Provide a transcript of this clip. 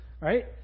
Right